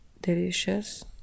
delicious